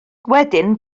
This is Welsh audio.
wedyn